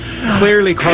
Clearly